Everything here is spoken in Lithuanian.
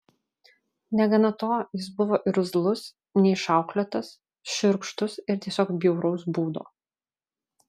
negana to jis buvo irzlus neišauklėtas šiurkštus ir tiesiog bjauraus būdo